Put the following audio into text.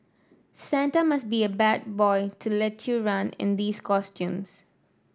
Santa must be a bad boy to let you run in these costumes